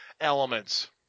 elements